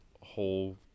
whole